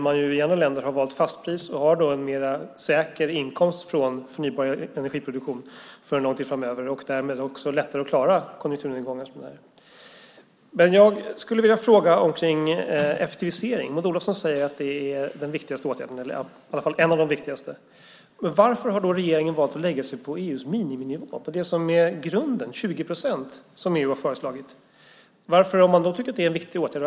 Man har i andra länder valt fastpris. Man har då en mer säker inkomst från förnybar energiproduktion för lång tid framöver och därmed också lättare att klara konjunkturnedgångar. Jag skulle vilja fråga om effektivisering. Maud Olofsson säger att det är den viktigaste åtgärden eller i alla fall en av de viktigaste. Varför har då regeringen valt att lägga sig på EU:s miniminivå, på det som är grunden, 20 procent som EU har föreslagit? Varför har man då tyckt att det är en viktig åtgärd?